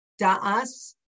da'as